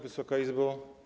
Wysoka Izbo!